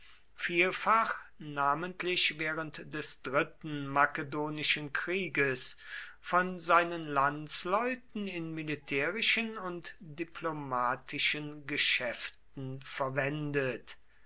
vielfach namentlich während des dritten makedonischen krieges von seinen landsleuten in militärischen und diplomatischen geschäften verwendet